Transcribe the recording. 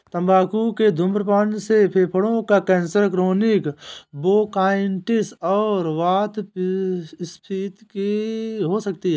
तंबाकू के धूम्रपान से फेफड़ों का कैंसर, क्रोनिक ब्रोंकाइटिस और वातस्फीति हो सकती है